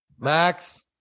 Max